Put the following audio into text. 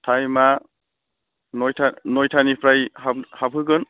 थाइमा नयथा नयथानिफ्राय हाबहोगोन